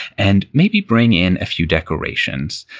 and maybe bring in a few decorations.